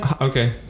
okay